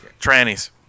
Trannies